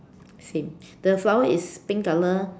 same the flower is pink color